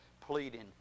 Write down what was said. pleading